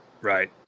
Right